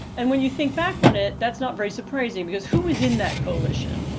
and when you think back on it, that's not very surprising because who was in that coalition?